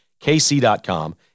kc.com